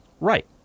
Right